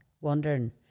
wondering